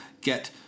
get